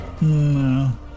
No